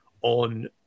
on